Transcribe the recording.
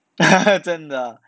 真的啊